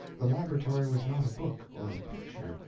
the laboratory was not a book, or a picture,